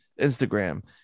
Instagram